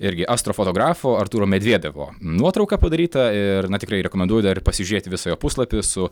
irgi austrų fotografo artūro medviedevo nuotrauka padaryta ir na tikrai rekomenduoju pasižiūrėti visą jo puslapį su